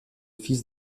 fils